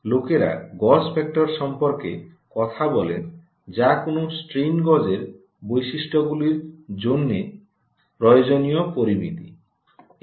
লোকেরা gauge factor সম্পর্কে কথা বলেন যা কোনও স্ট্রেন গজের বৈশিষ্ট্যগুলির জন্য প্রয়োজনীয় পরামিতি